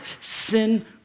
Sin